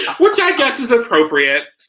which i guess is appropriate.